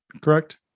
correct